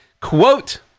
Quote